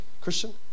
Christian